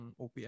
OPM